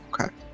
Okay